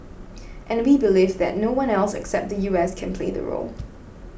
and we believe that no one else except the U S can play the role